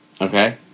Okay